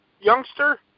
youngster